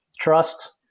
trust